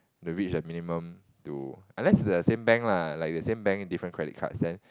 to reach a minimum to unless they are the same bank lah like the same bank different credit cards then